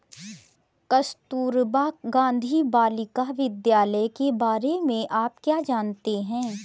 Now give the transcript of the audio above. कस्तूरबा गांधी बालिका विद्यालय के बारे में आप क्या जानते हैं?